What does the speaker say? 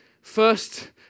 first